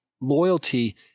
loyalty